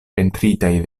pentritaj